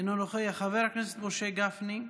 אינו נוכח, חבר הכנסת משה גפני,